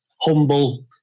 humble